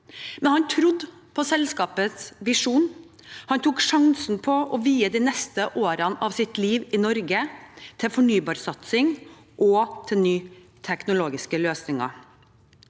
Han trodde på selskapets visjon. Han tok sjansen på å vie de neste årene av sitt liv i Norge til fornybarsatsing og nye teknologiske løsninger.